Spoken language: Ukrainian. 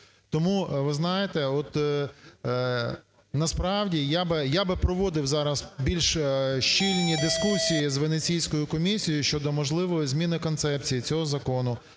Тому, ви знаєте, от насправді я би проводив зараз більш щільні дискусії з Венеційською комісією щодо можливої зміни концепції цього закону